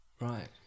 Right